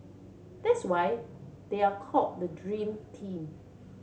that's why they are called the dream team